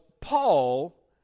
Paul